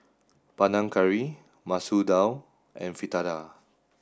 Panang Curry Masoor Dal and Fritada